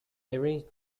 arranged